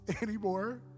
anymore